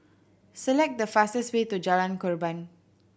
select the fastest way to Jalan Korban